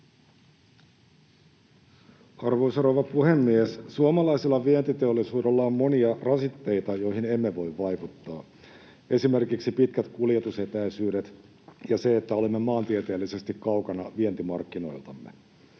Arvoisa rouva puhemies! Suomalaisella vientiteollisuudella on monia rasitteita, joihin emme voi vaikuttaa: esimerkiksi pitkät kuljetusetäisyydet ja se, että olemme maantieteellisesti kaukana vientimarkkinoiltamme.